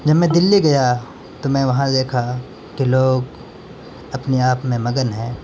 جب میں دلی گیا تو میں وہاں دیکھا کہ لوگ اپنے آپ میں مگن ہیں